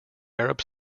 arab